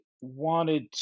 wanted